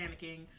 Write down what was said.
panicking